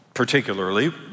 Particularly